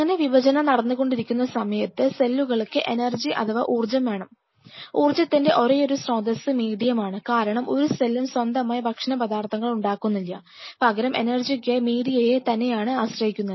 ഇങ്ങനെ വിഭജനം നടന്നു കൊണ്ടിരിക്കുന്ന സമയത്ത് സെല്ലുകൾക്ക് എനർജി അഥവാ ഊർജം വേണം ഊർജതിൻറെ ഒരേയൊരു സ്രോതസ്സ് മീഡിയമാണ് കാരണം ഒരു സെല്ലും സ്വന്തമായി ഭക്ഷണപദാർത്ഥങ്ങൾ ഉണ്ടാകുന്നില്ല പകരം എനർജിക്കായി മീഡിയയെ തന്നെയാണ് ആണ് ആശ്രയിക്കുന്നത്